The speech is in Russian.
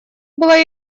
была